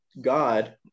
god